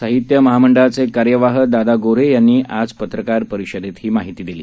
साहित्यमहामंडळाचेकार्यवाहदादागोरेयांनीआजपत्रकारपरिषदेतहीमाहितीदिली